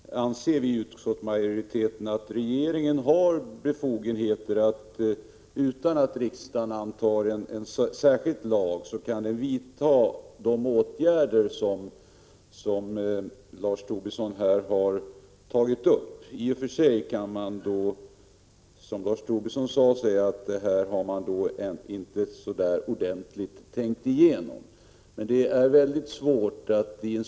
Herr talman! Som Lars Tobisson sade anser utskottsmajoriteten att regeringen har befogenheter att utan att riksdagen antar en särskild lag vidta de åtgärder som Lars Tobisson här har tagit upp. I och för sig kan man, som Lars Tobisson gjorde, säga att man inte riktigt ordentligt har tänkt igenom vilka åtgärder som bör vidtas. Det är emellertid mycket svårt att redan i Prot.